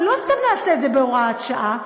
אבל לא סתם נעשה את זה בהוראת שעה,